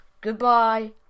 Goodbye